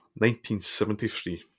1973